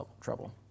trouble